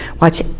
watch